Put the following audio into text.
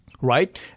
right